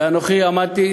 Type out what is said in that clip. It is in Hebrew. ואנוכי עמדתי,